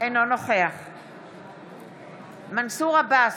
אינו נוכח מנסור עבאס,